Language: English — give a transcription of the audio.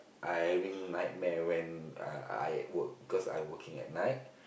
I having nightmare when I I at work because I working at night